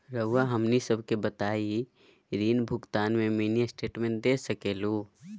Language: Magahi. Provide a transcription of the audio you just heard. रहुआ हमनी सबके बताइं ऋण भुगतान में मिनी स्टेटमेंट दे सकेलू?